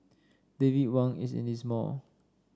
David Wang is in this mall